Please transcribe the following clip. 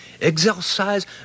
exercise